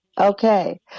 Okay